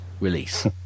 release